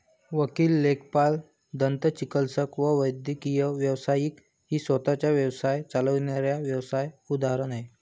वकील, लेखापाल, दंतचिकित्सक व वैद्यकीय व्यावसायिक ही स्वतः चा व्यवसाय चालविणाऱ्या व्यावसाय उदाहरण आहे